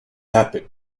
happy